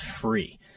free